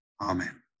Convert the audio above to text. Amen